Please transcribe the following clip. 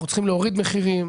אנחנו צריכים להוריד מחירים.